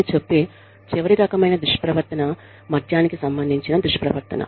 నేను చెప్పే చివరి రకమైన దుష్ప్రవర్తన మద్యానికి సంబంధించిన దుష్ప్రవర్తన